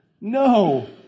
no